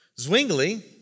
Zwingli